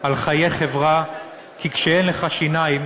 על חיי חברה, כי כשאין לך שיניים